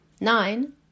nine